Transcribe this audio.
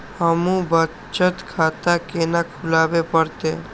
हमू बचत खाता केना खुलाबे परतें?